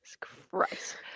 Christ